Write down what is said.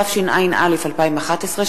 התשע”א 2011,